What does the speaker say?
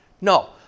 No